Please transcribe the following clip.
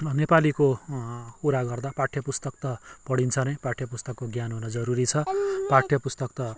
नेपालीको कुरा गर्दा पाठ्यपुस्तक त पढिन्छ नै पाठ्य पुस्तकको ज्ञान हुनु जरुरी छ पाठ्यपुस्तक त